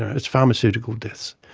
it's pharmaceutical deaths.